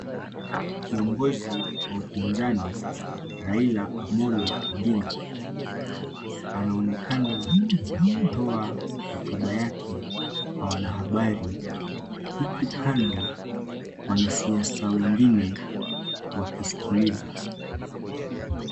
Kiongozi wa upinzani Raila Amolo Odinga akitoa hotuba yake kwa wanahabari huku kando wanasiasa wengine wakisikiliza.